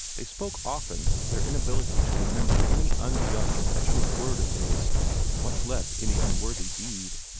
they spoke often of their inability to remember any unjust or petulant word of his much less any unworthy deed.